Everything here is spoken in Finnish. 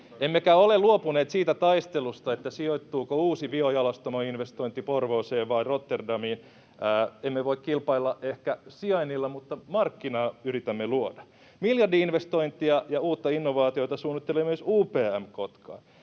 emmekä ole luopuneet siitä taistelusta, sijoittuuko uusi biojalostamoinvestointi Porvooseen vai Rotterdamiin. Emme voi kilpailla ehkä sijainnilla, mutta markkinaa yritämme luoda. Miljardi-investointia ja uutta innovaatiota suunnittelee myös UPM Kotkaan.